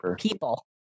people